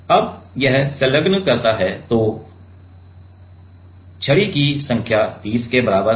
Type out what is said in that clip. अब यह संलग्न कर सकता है तो छड़ी की संख्या 30 के बराबर होती है